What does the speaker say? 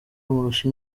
amurusha